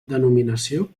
denominació